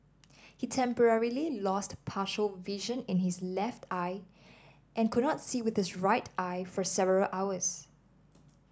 he temporarily lost partial vision in his left eye and could not see with his right eye for several hours